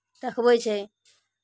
देखबै छै